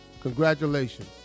Congratulations